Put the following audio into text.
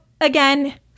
again